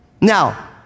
Now